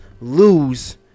lose